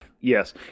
Yes